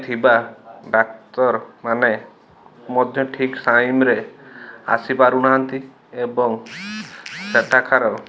ଥିବା ଡାକ୍ତରମାନେ ମଧ୍ୟ ଠିକ୍ ଟାଇମରେ ଆସିପାରୁ ନାହାଁନ୍ତି ଏବଂ ସେଠାକାର